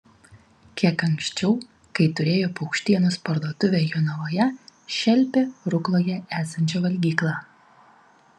kiek anksčiau kai turėjo paukštienos parduotuvę jonavoje šelpė rukloje esančią valgyklą